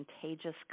Contagious